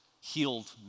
healed